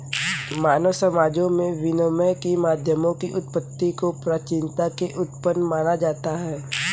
मानव समाजों में विनिमय के माध्यमों की उत्पत्ति को प्राचीनता में उत्पन्न माना जाता है